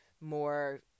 more